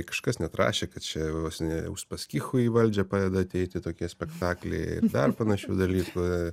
kažkas net rašė kad čia vos ne uspaskichui į valdžią pradeda ateiti tokie spektakliai ir dar panašių dalykų